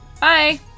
Bye